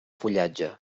fullatge